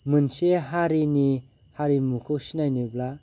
मोनसे हारिनि हारिमुखौ सिनायनोब्ला